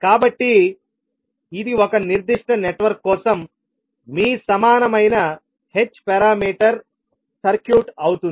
కాబట్టి ఇది ఒక నిర్దిష్ట నెట్వర్క్ కోసం మీ సమానమైన h పారామీటర్ సర్క్యూట్ అవుతుంది